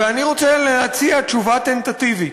אני רוצה להציע תשובה טנטטיבית,